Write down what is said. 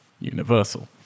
Universal